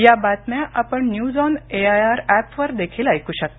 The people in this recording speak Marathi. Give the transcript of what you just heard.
या बातम्या आपण न्यूज ऑन एआयआर ऍपवक देखील ऐकू शकता